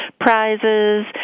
prizes